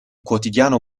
quotidiano